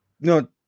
No